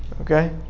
Okay